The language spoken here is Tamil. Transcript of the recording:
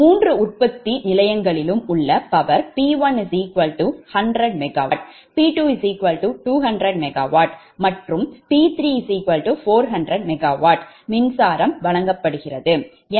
எனவே மூன்று உற்பத்தி நிலையங்களிலும் உள்ள power P1 100 𝑀W P2 200 𝑀W மற்றும் P3 400 MW மின்சாரம் வழங்கப்படுகிறது